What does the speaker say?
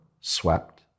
swept